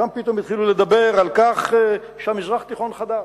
שם פתאום התחילו לדבר על מזרח תיכון חדש,